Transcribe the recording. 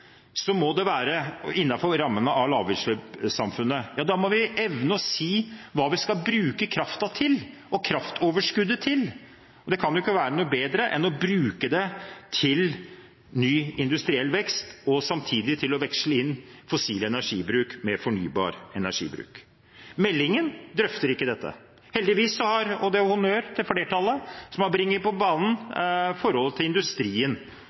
må det være innenfor rammene av lavutslippssamfunnet. Da må vi evne å si hva vi skal bruke kraften og kraftoverskuddet til. Det kan ikke være noe bedre enn å bruke det til ny industriell vekst og samtidig til å veksle inn fossil energibruk med fornybar energibruk. Meldingen drøfter ikke dette. Jeg vil gi honnør til flertallet for at det heldigvis har brakt på banen forholdet til industrien